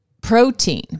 protein